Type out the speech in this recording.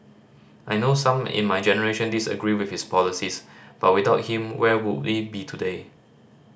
I know some in my generation disagree with his policies but without him where would we be today